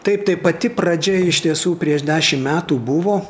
taip tai pati pradžia iš tiesų prieš dešim metų buvo